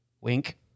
Wink